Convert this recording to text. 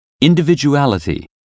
Individuality